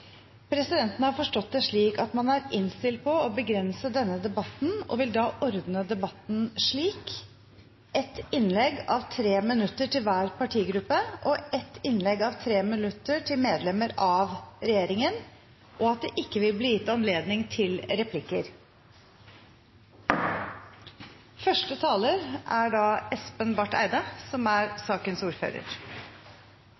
Presidenten har forstått det slik at man er innstilt på å begrense denne debatten og vil da ordne debatten slik: ett innlegg på 3 minutter til hver partigruppe og ett innlegg på 3 minutter til medlemmer av regjeringen. Det vil ikke bli gitt anledning til replikker. I Norge vil vi trenge mer ren energi i årene som